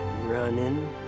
Running